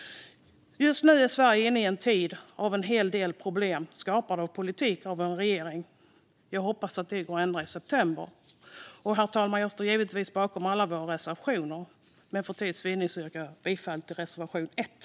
Just nu är Sverige inne i en tid av en hel del problem skapade av regeringens politik. Jag hoppas att det går att ändra i september. Herr talman! Jag står givetvis bakom alla våra reservationer, men för tids vinnande yrkar jag bifall endast till reservation 1.